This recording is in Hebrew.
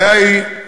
סליחה.